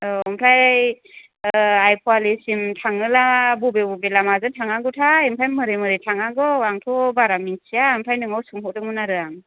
अ ओमफ्राय आइपुवालिसिम थाङोब्ला बबे बबे लामाजों थांनांगौथाय ओमफ्राय माबोरै माबोरै थांनांगौ आंथ' बारा मिनथिया ओमफ्राय नोंनियाव सोंहरदोंमोन आरो आं